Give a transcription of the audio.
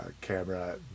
camera